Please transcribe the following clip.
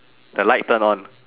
the light turn on